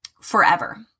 forever